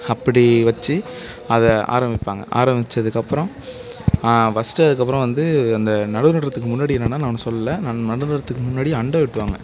அப்படி வச்சு அதை ஆரம்மிப்பாங்க ஆரம்மிச்சதுக்கப்பறம் ஃபஸ்ட்டு அதுக்கப்புறம் வந்து அந்த நடவு நடறத்துக்கு முன்னாடி என்னன்னா நான் இன்னும் சொல்லலை நான் நடவு நடறத்துக்கு முன்னாடி அண்டை வெட்டுவாங்க